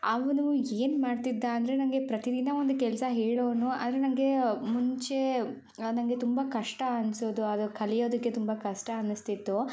ಅವನು ಏನು ಮಾಡ್ತಿದ್ದ ಅಂದರೆ ನನಗೆ ಪ್ರತಿದಿನ ಒಂದು ಕೆಲಸ ಹೇಳೋನು ಆದರೆ ನನಗೆ ಮುಂಚೆ ನನಗೆ ತುಂಬ ಕಷ್ಟ ಅನಿಸೋದು ಅದು ಕಲಿಯೋದಕ್ಕೆ ತುಂಬ ಕಷ್ಟ ಅನಿಸ್ತಿತ್ತು